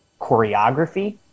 choreography